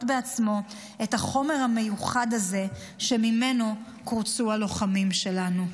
בעצמו את החומר המיוחד הזה שממנו קורצו הלוחמים שלנו.